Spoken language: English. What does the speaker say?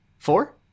Four